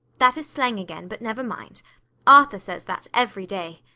that is slang again, but never mind arthur says that every day.